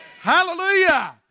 Hallelujah